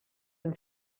amb